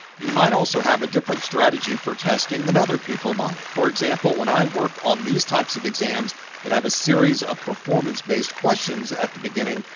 you might also have a different strategy for testing than other people might. for example, when i work on these types of exams that i have a series of performance-based questions at the beginning,